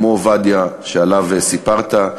כמו עובדיה שעליו סיפרת,